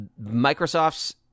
Microsoft's